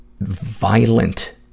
violent